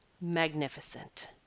magnificent